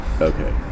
Okay